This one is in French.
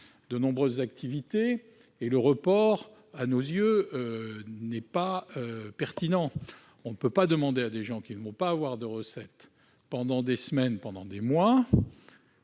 de nombreuses activités. Or le report de charges, à nos yeux, n'est pas pertinent. On ne peut pas demander à des gens qui ne vont pas percevoir de recettes pendant des semaines et des mois,